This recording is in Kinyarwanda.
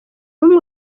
n’umwe